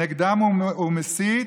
נגדם הוא מסית,